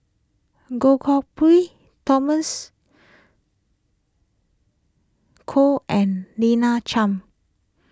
Goh Koh Pui Thomas Koh and Lina Chiam